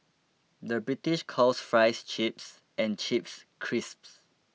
the British calls Fries Chips and Chips Crisps